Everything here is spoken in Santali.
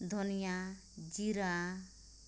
ᱫᱷᱚᱱᱤᱭᱟᱹ ᱡᱤᱨᱟᱹ